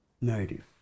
motive